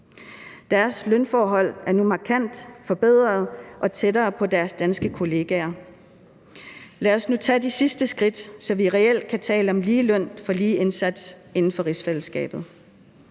Deres lønforhold er nu markant forbedret og tættere på deres danske kollegaers. Lad os nu tage de sidste skridt, så vi reelt kan tale om lige løn for lige indsats inden for rigsfællesskabet.